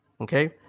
okay